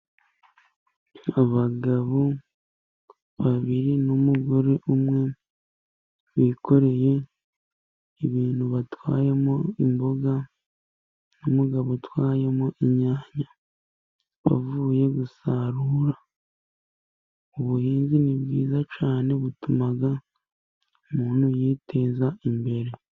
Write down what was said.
Abagabo babiri n'umugore umwe bikoreye ibintu batwayemo imboga, n'umugabo utwayemo inyanya bavuye gusarura. ubuhinzi ni bwiza c butumaga umuntu yiteza imbere